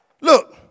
Look